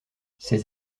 ses